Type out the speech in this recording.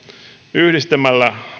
yhdistämällä